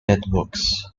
networks